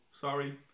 sorry